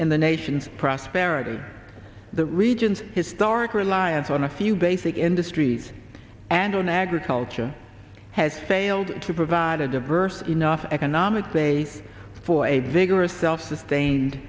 in the nation's prosperity the region's historic reliance on a few basic industries and on agriculture has failed to provide a diverse enough economic base for a vigorous self sustained